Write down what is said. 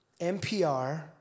NPR